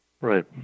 Right